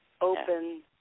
open